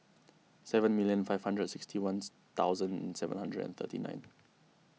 seven million five hundred sixty ones thousand and seven hundred and thirty nine